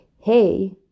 hey